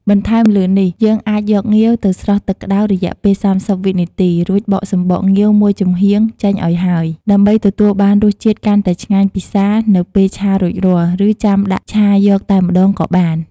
បន្ថែមលើនេះ យើងអាចយកងាវទៅស្រុះទឹកក្តៅរយ:ពេល៣០វិនាទី រួចបកសំបកងាវមួយចំហៀងចេញឲ្យហើយ ដើម្បីទទួលបានរសជាតិកាន់តែឆ្ងាញ់ពិសារនៅពេលឆារួចរាល់ ឬចាំដាក់ឆាយកតែម្តងក៏បាន។